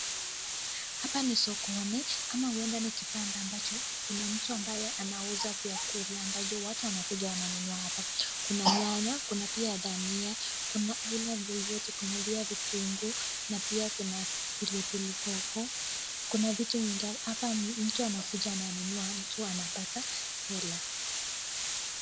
Hapa ni sokoni ama huenda ni kibanda ambacho kuna mtu ambaye anauza vyakula ambayo watu wanakuja wananunua hapa. Kuna nyanya, kuna pia kuna dania, kuna aina vyovyote, kuna pia vitungu, pia kuna pilipili hoho, kuna vitu mingi apa mtu anakuja ananunua mtu anapata hela.